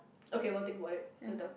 okay we'll think about it later